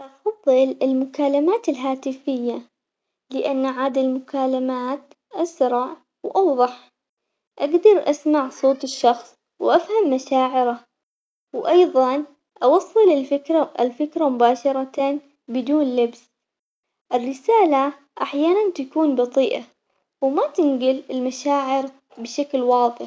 أفضل المكالمات الهاتفية لأن عاد المكالمات أسرع وأوضح، اقدر أسمع صوت الشخص وأفهم مشاعره وأيضاً أوصل الفكرة الفكرة مباشرة بدون لبس، الرسالة أحياناً تكون بطيئة وما تنقل المشاعر بشكل واضح.